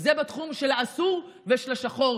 זה בתחום של האסור ושל השחור,